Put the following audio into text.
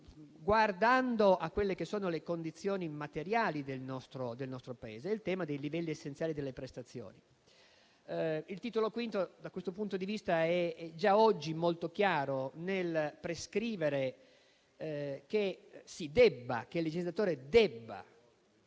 guardando alle condizioni materiali del nostro Paese: il tema dei livelli essenziali delle prestazioni. Il Titolo V, da questo punto di vista, è già oggi molto chiaro nel prescrivere che il legislatore debba